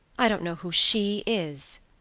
i don't know who she is,